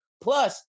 Plus